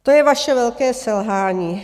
To je vaše velké selhání.